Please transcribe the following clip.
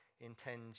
intends